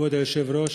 כבוד היושב-ראש,